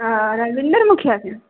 ओ राजेन्दर मुखिआके